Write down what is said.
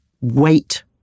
wait